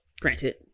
granted